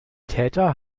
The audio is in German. täter